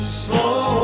slow